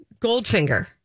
Goldfinger